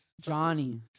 Johnny